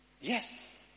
Yes